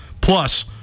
Plus